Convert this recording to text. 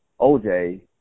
OJ